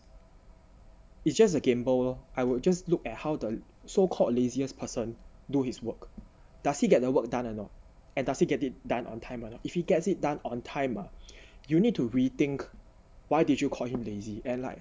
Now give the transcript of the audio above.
it's just a gamble lor I would just look at how the so called laziest person do his work does he get the work done or not and does he get it done on time and if he gets it done on time you need to rethink why did you call him lazy and like